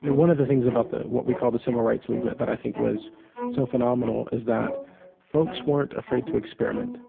one of the things about what we call the civil rights movement that i think was so phenomenal is that folks weren't afraid to experiment.